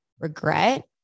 regret